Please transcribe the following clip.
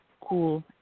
cool